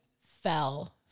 fell